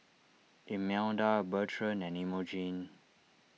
Imelda Bertrand and Imogene